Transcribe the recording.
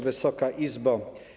Wysoka Izbo!